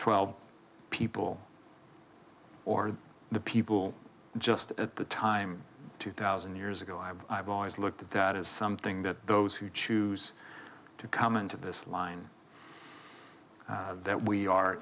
twelve people or the people just at the time two thousand years ago i've i've always looked that is something that those who choose to come into this line that we are